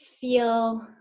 feel